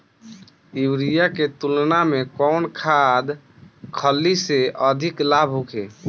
Urea के तुलना में कौन खाध खल्ली से अधिक लाभ होखे?